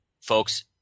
folks